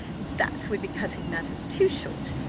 that would be cutting matters too short,